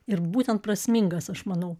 ir būtent prasmingas aš manau